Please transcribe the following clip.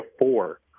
four